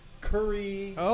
curry